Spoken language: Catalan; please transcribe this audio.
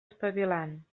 espavilant